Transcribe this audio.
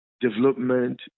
development